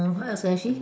what else actually